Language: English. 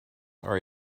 are